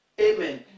Amen